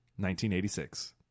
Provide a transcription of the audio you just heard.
1986